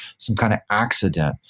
some kind of accident,